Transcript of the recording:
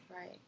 Right